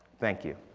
thank you.